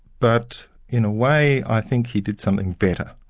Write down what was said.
but in a way i think he did something better,